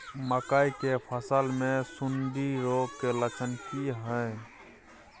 मकई के फसल मे सुंडी रोग के लक्षण की हय?